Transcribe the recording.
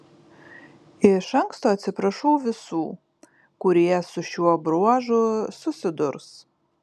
iš anksto atsiprašau visų kurie su šiuo bruožu susidurs